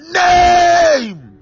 name